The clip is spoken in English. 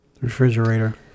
Refrigerator